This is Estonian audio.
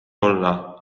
olla